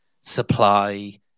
supply